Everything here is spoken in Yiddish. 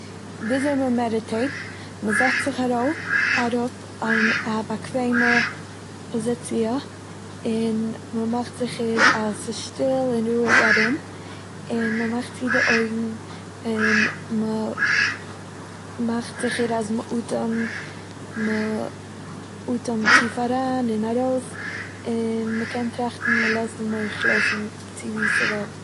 וויזוי מ'מעדעטעיט. מ'זעצט זיך ארוי- אראפ אין א באקוועמע פאזיציע און מ'מאכט זיכער אז ס'שטיל און רואג ארום, און מ'מאכט צו די אויגן און מ'מאכט זיכער אז מ'אטעמט, און מ'אטעמט אריין און ארויס, און מ'קען טראכטן אז מ'לאזט די מח לויפן וואו ס'וויל.